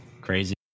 Crazy